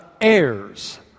heirs